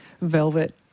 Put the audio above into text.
velvet